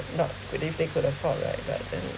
if not if they they could afford right but then